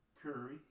Curry